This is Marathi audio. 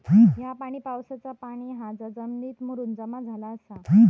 ह्या पाणी पावसाचा पाणी हा जा जमिनीत मुरून जमा झाला आसा